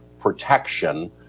protection